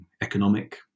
economic